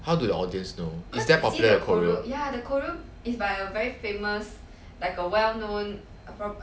how to the audience know is that popular choreo